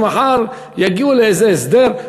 שמחר יגיעו לאיזה הסדר?